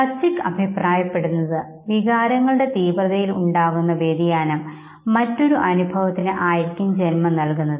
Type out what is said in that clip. Plutchik അഭിപ്രായപ്പെടുന്നത് വികാരങ്ങളുടെ തീവ്രതയിൽ ഉണ്ടാകുന്ന വ്യതിയാനം മറ്റൊരു അനുഭവത്തിന് ആയിരിക്കും ജന്മം നൽകുന്നത്